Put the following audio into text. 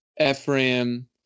Ephraim